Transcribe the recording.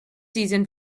season